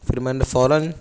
پھر میں نے فوراً